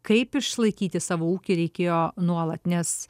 kaip išlaikyti savo ūkį reikėjo nuolat nes